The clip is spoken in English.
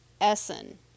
Essen